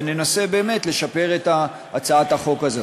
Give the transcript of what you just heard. וננסה באמת לשפר את הצעת החוק הזו.